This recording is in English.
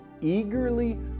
eagerly